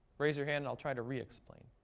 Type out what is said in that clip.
raise your hand and i'll try to re-explain.